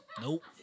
Nope